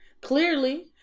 Clearly